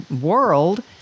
world